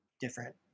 different